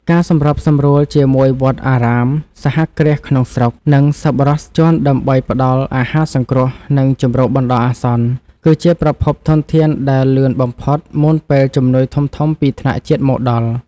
ការសម្របសម្រួលជាមួយវត្តអារាម សហគ្រាសក្នុងស្រុក និងសប្បុរសជនដើម្បីផ្ដល់អាហារសង្គ្រោះ និងជម្រកបណ្ដោះអាសន្ន គឺជាប្រភពធនធានដែលលឿនបំផុតមុនពេលជំនួយធំៗពីថ្នាក់ជាតិមកដល់។